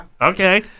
Okay